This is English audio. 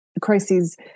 crises